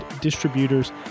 distributors